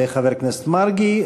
ולחבר הכנסת מרגי.